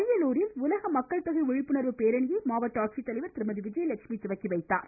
அரியலூரில் உலகமக்கள் தொகை விழிப்புணர்வு பேரணியை மாவட்ட ஆட்சித்தலைவர் திருமதி விஜயலட்சுமி தொடங்கி வைத்தார்